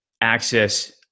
access